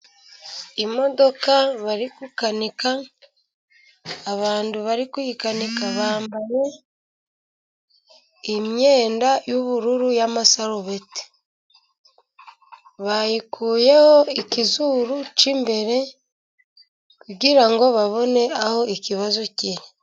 Imodoka bari gukanika, abantu bari kuyikanika bambaye imyenda y'ubururu y'ibisarubeti, bayikuyeho ikizuru cy'imbere kugira ngo babone aho ikibazo kiri.